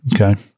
okay